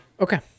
Okay